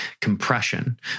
compression